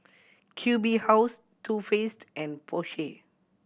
Q B House Too Faced and Porsche